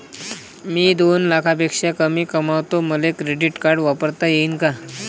मी दोन लाखापेक्षा कमी कमावतो, मले क्रेडिट कार्ड वापरता येईन का?